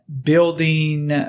building